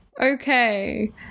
Okay